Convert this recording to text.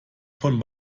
von